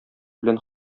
белән